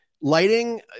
lighting –